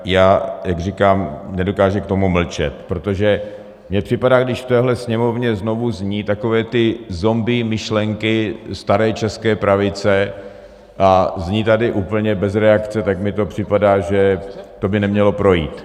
Já, jak říkám, nedokážu k tomu mlčet, protože mně připadá, když v téhle Sněmovně znovu zní takové ty zombie myšlenky staré české pravice a zní tady úplně bez reakce, tak mi to připadá, že to by nemělo projít.